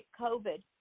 COVID